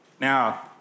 Now